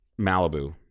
Malibu